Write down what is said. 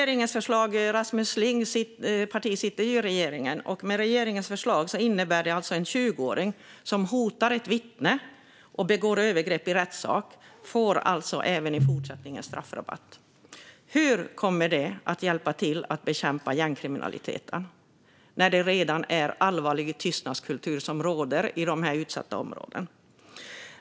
Rasmus Lings parti sitter i regeringen, och regeringens förslag innebär alltså att en 20-åring som hotar ett vittne och begår övergrepp i rättssak får straffrabatt även i fortsättningen. Hur kommer det att hjälpa till med att bekämpa gängkriminaliteten när det redan råder allvarlig tystnadskultur i de utsatta områdena?